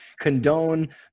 condone